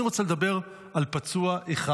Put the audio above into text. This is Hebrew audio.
אני רוצה לדבר על פצוע אחד.